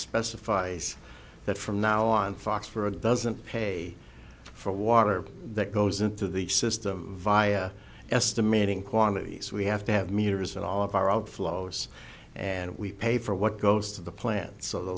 specifies that from now on fox for a doesn't pay for water that goes into the system via estimating quantities we have to have meters and all of our out flowers and we pay for what goes to the plant so the